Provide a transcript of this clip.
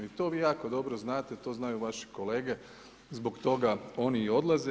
I to vi jako dobro znate, to znaju vaši kolege, zbog toga oni i odlaze.